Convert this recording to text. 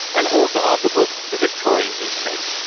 and author of the book the victorian internet.